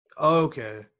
okay